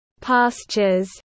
pastures